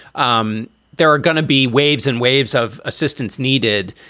um there are going to be waves and waves of assistance needed.